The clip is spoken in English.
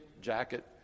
jacket